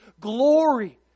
glory